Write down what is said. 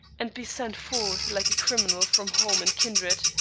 and be sent forth like a criminal from home and kindred.